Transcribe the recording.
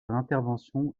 l’intervention